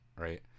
right